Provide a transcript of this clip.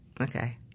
Okay